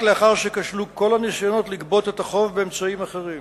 רק לאחר שכשלו כל הניסיונות לגבות את החוב באמצעים אחרים,